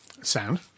Sound